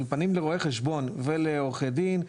אולפנים לרואי חשבון ולעורכי דין,